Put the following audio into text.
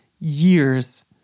years